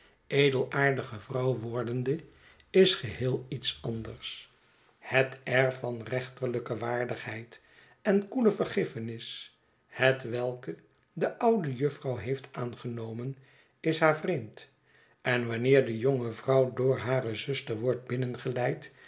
edelaardige vrouw wordende is geheel iets anders het air van rechterlijke waardigheid en koele vergiffenis hetwelk de oude jufvrouw heeft aangenomen is haar vreemd en wanneer de jonge vrouw door hare zuster wordt